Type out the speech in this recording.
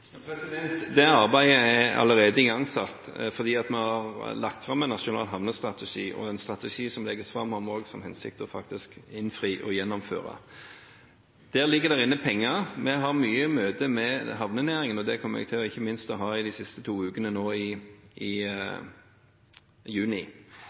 Det arbeidet er allerede igangsatt, for man har lagt fram en nasjonal handlingsstrategi, og en strategi som legges fram, må man også ha til hensikt å faktisk innfri og gjennomføre. Der ligger det inne penger. Vi har mange møter med havnenæringen, og det kommer jeg ikke minst til å ha de siste to ukene nå i